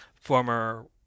former